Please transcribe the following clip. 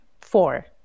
Four